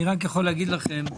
אני רק יכול להגיד לכם,